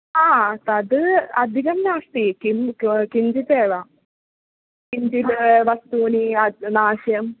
हा तद् अधिकं नास्ति किं किञ्चितेव किञ्चिद् वस्तूनि नश्यम्